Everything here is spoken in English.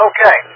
Okay